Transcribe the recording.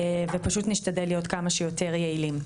ונשתדל להיות כמה שיותר יעלים,